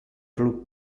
plus